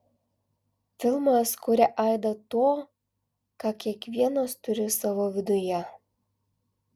filmas kuria aidą to ką kiekvienas turi savo viduje